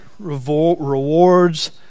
rewards